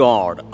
God